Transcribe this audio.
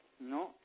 No